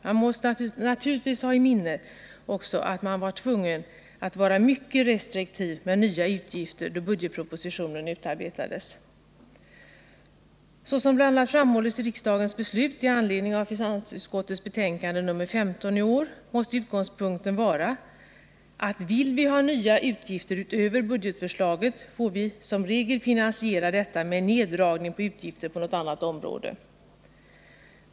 Men vi måste naturligtvis ha i minnet att regeringen då budgetpropositionen utarbetades var tvungen att vara mycket restriktiv med nya utgifter. Såsom bl.a. framhållits i riksdagens beslut med anledning av finansutskottets betänkande 1979/80:15 måste utgångspunkten för budgetbehandlingen vara denna: Om vi vill ha nya utgifter utöver budgetförslaget får vi som regel finansiera detta med en neddragning av utgifterna på något annat område.